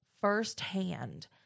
firsthand